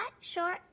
short